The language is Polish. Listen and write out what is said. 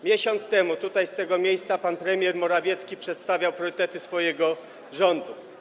Miesiąc temu tutaj, z tego miejsca, pan premier Morawiecki przedstawiał priorytety swojego rządu.